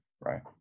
right